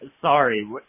Sorry